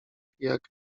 jak